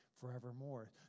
forevermore